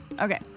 Okay